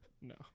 No